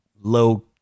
low